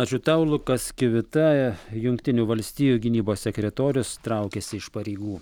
ačiū tau lukas kivita jungtinių valstijų gynybos sekretorius traukiasi iš pareigų